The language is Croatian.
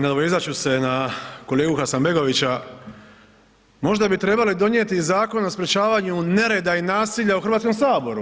Nadovezat ću se na kolegu Hasanbegovića, možda bi trebali donijeti zakon o sprečavanju nereda i nasilja u Hrvatskom saboru.